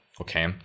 okay